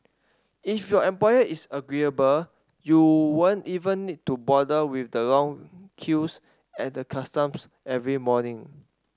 if your employer is agreeable you won't even need to bother with the long queues at the customs every morning